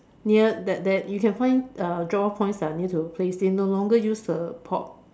near that that you can find uh the drop off points are nearer to your place they no longer use the POP